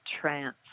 Trance